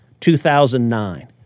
2009